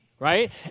Right